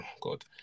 god